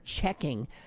checking